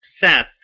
Seth